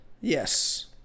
Yes